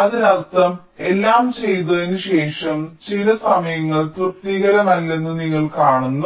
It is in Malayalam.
അതിനർത്ഥം എല്ലാം ചെയ്തതിനുശേഷം ചില സമയങ്ങൾ തൃപ്തികരമല്ലെന്ന് നിങ്ങൾ കാണുന്നു